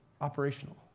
operational